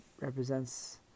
represents